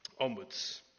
onwards